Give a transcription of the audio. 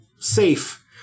safe